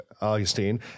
Augustine